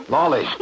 Lolly